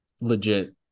legit